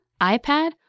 iPad